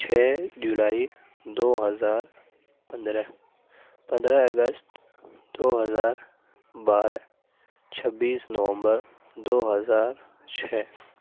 چھ جولائی دو ہزار پندرہ پندرہ اگست دو ہزار بارہ چھبیس نومبر دو ہزار چھ